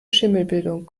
schimmelbildung